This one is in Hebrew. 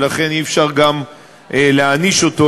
ולכן אי-אפשר גם להעניש אותו,